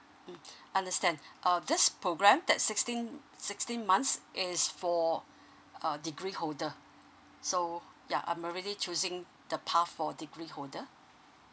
mm understand uh this program that sixteen sixteen months is for err degree holder so yeah I'm already choosing the path for degree holder